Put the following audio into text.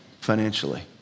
financially